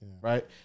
right